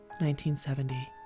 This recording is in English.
1970